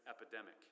epidemic